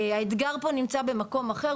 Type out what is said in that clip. האתגר פה נמצא במקום אחר,